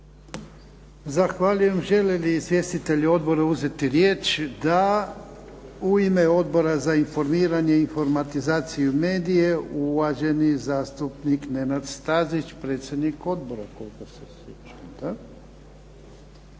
Zahvaljujem. Žele li izvjestitelji odbora uzeti riječ? Da. U ime Odbora za informiranje, informatizaciju i medije uvaženi zastupnik Nenad Stazić predsjednik odbora. **Stazić,